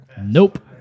Nope